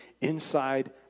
inside